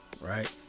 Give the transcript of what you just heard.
right